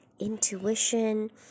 intuition